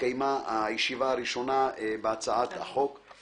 התקיימה הישיבה הראשונה שדנה בהצעת חוק זו.